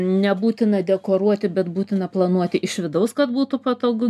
nebūtina dekoruoti bet būtina planuoti iš vidaus kad būtų patogu